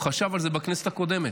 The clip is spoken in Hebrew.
חשב על זה בכנסת הקודמת.